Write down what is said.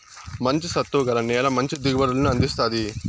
మంచి సత్తువ గల నేల మంచి దిగుబడులను అందిస్తాది